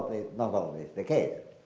not always, the case.